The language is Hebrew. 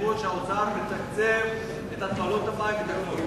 התחייבות שהאוצר מתקצב את התפלות המים ואת הכול.